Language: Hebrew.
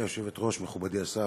גברתי היושבת-ראש, מכובדי השר,